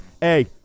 hey